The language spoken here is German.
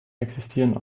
existieren